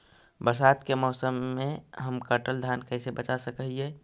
बरसात के मौसम में हम कटल धान कैसे बचा सक हिय?